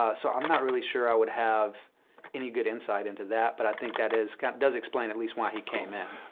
ah so i'm not really sure i would have any good insight into that. but i think that is does explain at least why he came in.